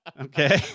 okay